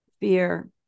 fear